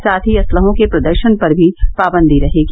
साथ ही असलहों के प्रदर्शन पर भी पाबंदी रहेगी